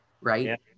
right